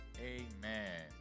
Amen